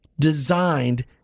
designed